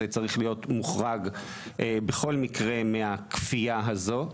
צריך להיות מוחרג בכל מקרה מהכפייה הזאת.